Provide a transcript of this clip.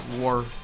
war